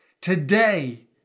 today